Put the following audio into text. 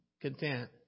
content